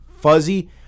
fuzzy